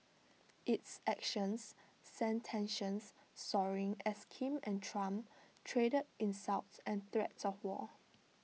its actions sent tensions soaring as Kim and Trump traded insults and threats of war